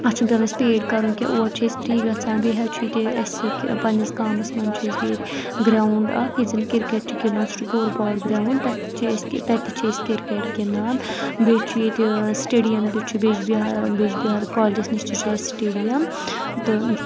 اَتھ چھُ نہٕ پیٚوَان اسہِ پیڈ کَرُن کینٛہہ اور چھِ أسۍ فری گژھان بیٚیہِ حٕظ چھُ ییٚتہِ اَسہِ پنٛنِس گامَس منٛز چھِ أسۍ بیٚیہِ ییٚتہِ گرٛاوُنٛڈ اَکھ ییٚتہِ زَن کِرکٹ چھِ گِنٛدان سُہ چھُ بوٚر باڑ گرٛاوُنٛڈ تَتھ چھِ أسۍ کہِ تَتہِ چھِ أسۍ کِرکٹ گِنٛدان بیٚیہِ چھُ ییٚتہِ سٹیڈیَم تہِ چھُ بیٚج بِہار بیٚج بِہار کالجَس نِش تہِ چھُ اَسہِ سٹیڈیَم تہٕ